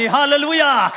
Hallelujah